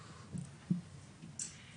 בבקשה.